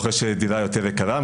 רוכש דירה יותר יקרה,